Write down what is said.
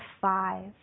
five